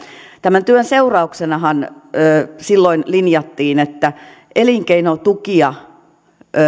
tämän työn seurauksenahan silloin linjattiin että elinkeinotukia